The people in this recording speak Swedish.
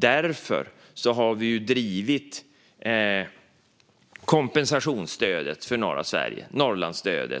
Därför har vi drivit Norrlandsstödet, kompensationsstödet för norra Sverige,